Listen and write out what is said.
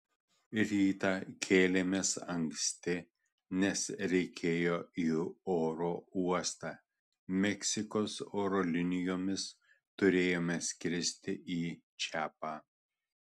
rytą kėlėmės anksti nes reikėjo į oro uostą meksikos oro linijomis turėjome skristi į čiapą